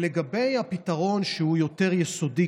לגבי הפתרון שהוא יותר יסודי,